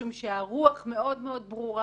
משום שהרוח מאוד-מאוד ברורה,